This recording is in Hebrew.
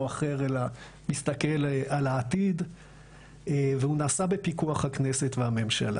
אחר אלא מסתכל על העתיד והוא נעשה בפיקוח הכנסת והממשלה.